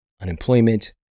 unemployment